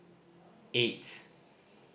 eight